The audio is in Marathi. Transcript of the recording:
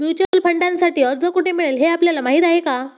म्युच्युअल फंडांसाठी अर्ज कोठे मिळेल हे आपल्याला माहीत आहे का?